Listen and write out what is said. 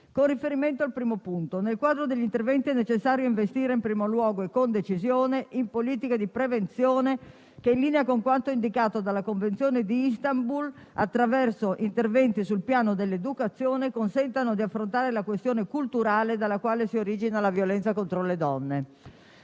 Con riferimento al primo punto, nel quadro degli interventi è necessario investire in primo luogo e con decisione in politiche di prevenzione che, in linea con quanto indicato dalla Convenzione di Istanbul, attraverso interventi sul piano dell'educazione, consentano di affrontare la questione culturale dalla quale si origina la violenza contro le donne.